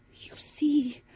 you see,